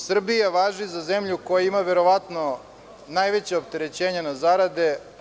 Srbija važi za zemlju koja ima verovatno najveće opterećenje na zarade.